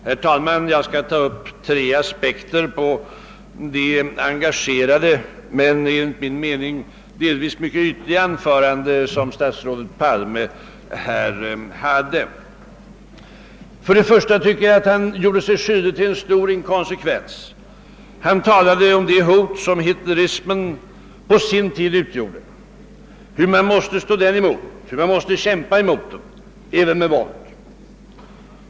Herr talman! Jag skall ta upp de aspekter på det engagerade men enligt min mening delvis mycket ytliga anförande som statsrådet Palme höll. Först och främst tycker jag att han gjorde sig skyldig till en stor inkonsekvens. Han talade om det hot som hitlerismen på sin tid utgjorde och hur man var tvungen stå emot och kämpa emot detta — även med våld.